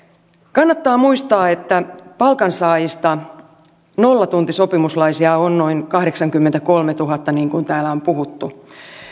kannattaa muistaa että palkansaajista nollatuntisopimuslaisia on noin kahdeksankymmentäkolmetuhatta niin kuin täällä on puhuttu